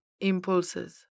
impulses